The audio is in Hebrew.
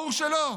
ברור שלא.